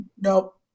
Nope